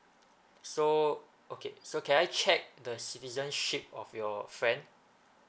so okay so can I check the citizenship of your friend